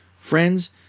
Friends